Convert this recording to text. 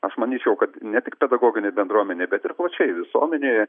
aš manyčiau kad ne tik pedagoginė bendruomenė bet ir plačiai visuomenėje